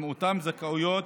עם אותן זכאויות,